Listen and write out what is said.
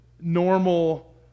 normal